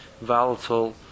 volatile